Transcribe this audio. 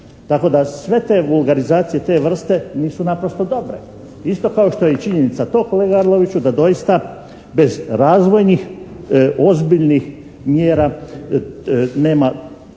Tako da sve te vulgarizacije te vrste nisu naprosto dobro. Isto kao što je i činjenica to kolega Arloviću da doista bez razvojnih ozbiljnih mjera nema